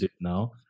now